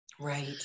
Right